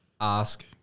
Ask